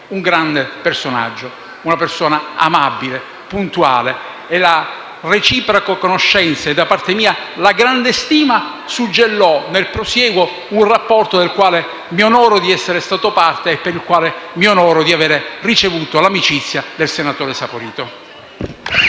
un grande personaggio, una persona amabile, puntuale. La reciproca conoscenza e, da parte mia, la grande stima suggellarono nel prosieguo un rapporto del quale mi onoro di essere stato parte e per il quale mi onoro di aver ricevuto l'amicizia del senatore Saporito.